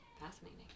Fascinating